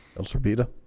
i'm sabina